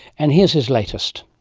and here's his latest.